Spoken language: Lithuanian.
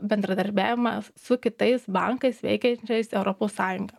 bendradarbiavimą su kitais bankais veikiančiais europos sąjungą